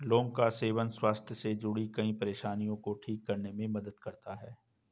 लौंग का सेवन स्वास्थ्य से जुड़ीं कई परेशानियों को ठीक करने में मदद करता है